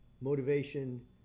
motivation